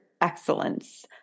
excellence